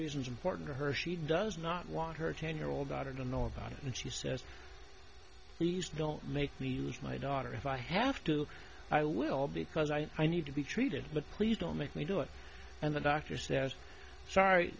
reasons important to her she does not want her ten year old daughter to know about it and she says please don't make me lose my daughter if i have to i will because i i need to be treated but please don't make me do it and the doctor says sorry